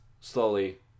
slowly